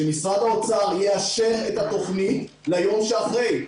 שמשרד האוצר יאשר את התוכנית ליום שאחרי,